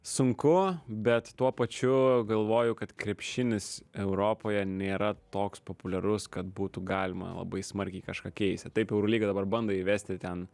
sunku bet tuo pačiu galvoju kad krepšinis europoje nėra toks populiarus kad būtų galima labai smarkiai kažką keisti taip eurolyga dabar bando įvesti ten